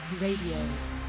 Radio